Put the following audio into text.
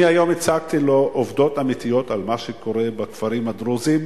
אני היום הצגתי לו עובדות אמיתיות על מה שקורה בכפרים הדרוזיים,